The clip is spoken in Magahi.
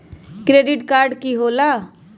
क्रेडिट कार्ड की होला?